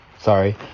sorry